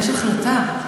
יש החלטה.